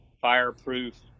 fireproof